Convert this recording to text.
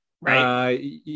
right